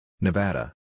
Nevada